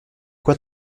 quoi